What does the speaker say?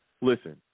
Listen